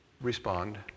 respond